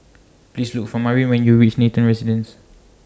Please Look For Marin when YOU REACH Nathan Residences